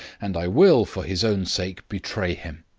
and i will, for his own sake, betray him.